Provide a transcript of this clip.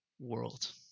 world